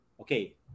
Okay